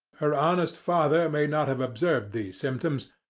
her honest father may not have observed these symptoms,